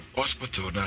hospital